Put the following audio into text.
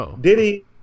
Diddy